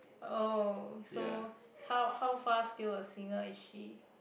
oh so how how far skill a singer is she